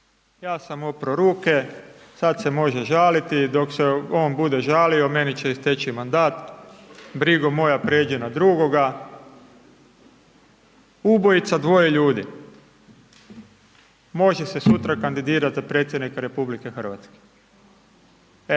ja sam oprao ruke, sad se može žaliti, dok se on bude žalio, meni će isteći mandat, brigo moja pređi na drugoga, ubojica dvoje ljudi, može se sutra kandidirat za predsjednika RH, eto,